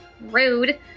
rude